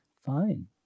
Fine